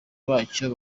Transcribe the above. bacyo